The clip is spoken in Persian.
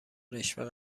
رشوه